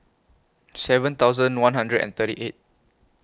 seven thousand one hundred and thirty eight